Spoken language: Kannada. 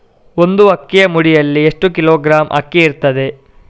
ಒಂದು ಅಕ್ಕಿಯ ಮುಡಿಯಲ್ಲಿ ಎಷ್ಟು ಕಿಲೋಗ್ರಾಂ ಅಕ್ಕಿ ಇರ್ತದೆ?